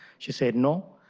she said no,